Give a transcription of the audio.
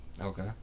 Okay